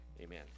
amen